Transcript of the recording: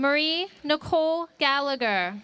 murray no cole gallagher